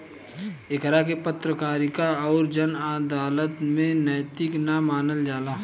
एकरा के पत्रकारिता अउर जन अदालत में नैतिक ना मानल जाला